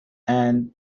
and